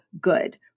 good